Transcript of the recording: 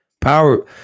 Power